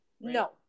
no